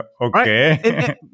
okay